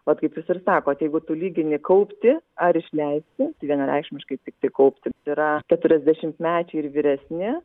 vat kaip jūs ir sakot jeigu tu lygini kaupti ar išleisti tai vienareikšmiškai tiktai kaupti yra keturiasdešimtmečiai ir vyresni